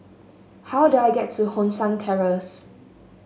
how do I get to Hong San Terrace